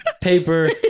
Paper